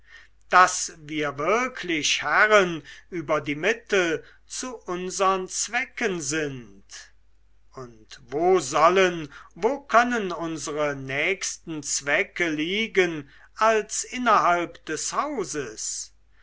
daß wir wirklich herren über die mittel zu unsern zwecken sind und wo sollen wo können unsere nächsten zwecke liegen als innerhalb des hauses